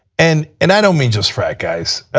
and and i don't mean just frat guys.